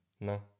No